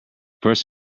first